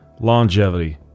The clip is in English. longevity